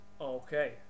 Okay